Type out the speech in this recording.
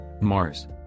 Mars